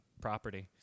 property